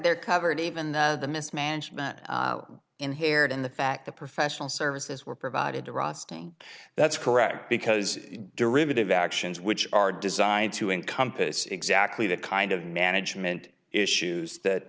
they're covered even the mismanagement inherent in the fact that professional services were provided to rostering that's correct because derivative actions which are designed to encompass exactly the kind of management issues that